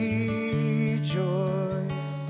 Rejoice